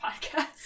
podcast